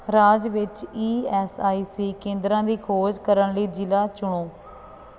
ਰਾਜ ਵਿੱਚ E S I C ਕੇਂਦਰਾਂ ਦੀ ਖੋਜ ਕਰਨ ਲਈ ਜ਼ਿਲ੍ਹਾ ਚੁਣੋ